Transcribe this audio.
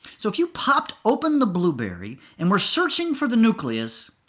so if you popped open the blueberry and were searching for the nucleus.